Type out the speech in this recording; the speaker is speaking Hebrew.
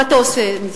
מה אתה עושה עם זה?